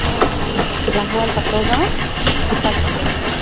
অঁ অঁ লাহোৱাল পাটৰগাঁও